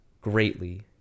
greatly